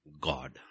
God